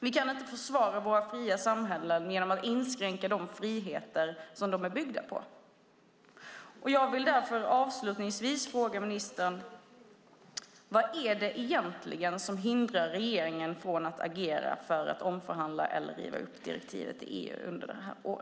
Vi kan inte försvara våra fria samhällen genom att inskränka de friheter som de är byggda på. Jag vill avslutningsvis fråga ministern: Vad är det egentligen som hindrar regeringen från att agera för att omförhandla eller riva upp direktivet i EU under detta år?